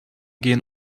gehen